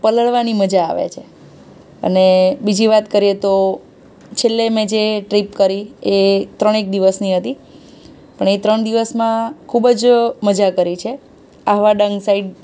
પલળવાની મજા આવે છે અને બીજી વાત કરીએ તો છેલ્લે મેં જે ટ્રીપ કરી એ ત્રણેક દિવસની હતી પણ એ ત્રણ દિવસમાં ખૂબ જ મજા કરી છે આહવા ડાંગ સાઈડ